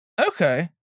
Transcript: Okay